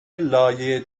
لایه